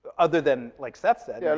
other than, like seth said. yeah